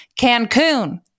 Cancun